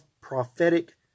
prophetic